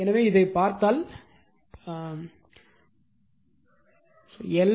எனவே இதைப் பார்த்தால் எல்